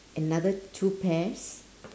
another two pairs